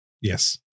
yes